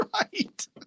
Right